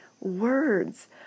words